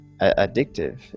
addictive